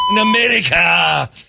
America